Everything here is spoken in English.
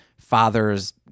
father's